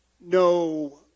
no